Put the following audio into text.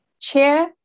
chair